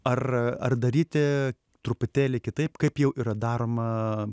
ar ar daryti truputėlį kitaip kaip jau yra daroma